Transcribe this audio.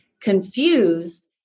confused